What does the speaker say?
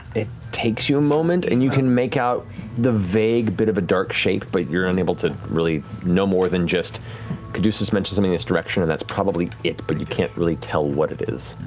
it takes you a moment and you can make out the vague bit of a dark shape, but you're unable to really no more than just caduceus mentioned something in this direction and that's probably it, but you can't really tell what it is.